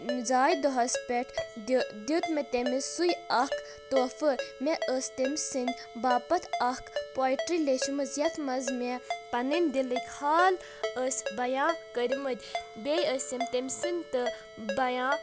زایہِ دۄہس پٮ۪ٹھ دیُت مےٚ تٔمِس سُے اکھ تحفہٕ مےٚ أسۍ تٔمۍ سٕنٛدۍ باپتھ اکھ پویٹری لیچھمٕژ یتھ منٛز مےٚ پنٔنۍ دِلٕکۍ حال أسۍ بیاں کٔرۍ مٕتۍ بیٚیہِ أسِم تِمہِ سٕنٛدۍ تہِ بیاں